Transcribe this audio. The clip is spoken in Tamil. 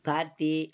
கார்த்தி